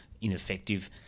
ineffective